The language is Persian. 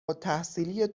التحصیلی